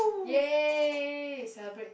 ya celebrate